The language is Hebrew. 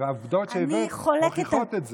והעובדות שהבאת מוכיחות את זה,